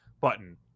button